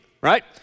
right